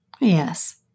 Yes